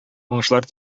уңышлар